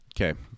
Okay